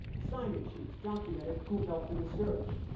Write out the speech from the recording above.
sign in sheets documented who helped in the search.